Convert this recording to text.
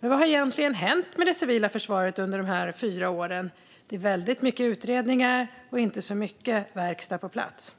Men vad har egentligen hänt med det civila försvaret under dessa fyra år? Det är väldigt många utredningar och inte så mycket verkstad på plats.